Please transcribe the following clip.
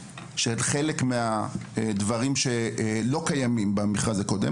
שהם חלק מהדברים שלא קיימים במכרז הקודם,